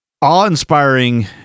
awe-inspiring